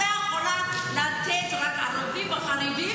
את לא יכולה לתת רק ערבים או חרדים ולא את כלל האוכלוסייה.